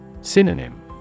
Synonym